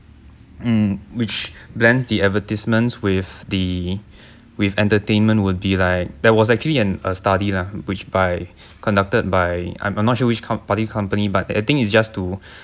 hmm which blends the advertisements with the with entertainment would be like there was actually an a study lah which by conducted by I'm I'm not sure which comp~ party company but I think is just to